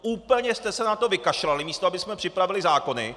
Úplně jste se na to vykašlali, místo abychom připravili zákony.